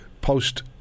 post